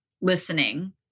listening